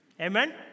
amen